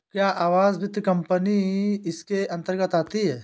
क्या आवास वित्त कंपनी इसके अन्तर्गत आती है?